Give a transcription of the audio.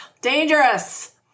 Dangerous